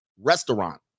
restaurant